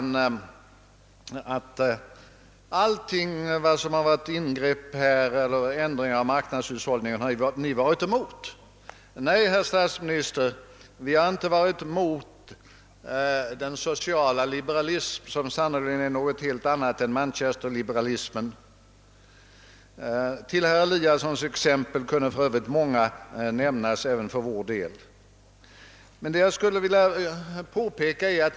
Nu säger herr Erlander att vi har varit emot alla ingrepp i marknadshushållningen. Nej, herr statsminister, vi har inte varit emot den sociala liberalismen som sannerligen är någonting helt annat än Manchester-liberalismen. Utöver herr Eliassons i Sundborn exempel kunde för övrigt många nämnas även för vår del. Jag skulle vilja påpeka en sak.